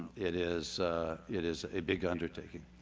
it is it is a big undertaking.